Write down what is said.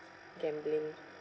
gambling